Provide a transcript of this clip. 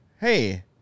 hey